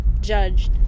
judged